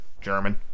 German